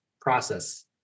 process